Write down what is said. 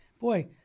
boy